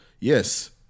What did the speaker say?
Yes